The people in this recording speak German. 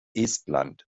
estland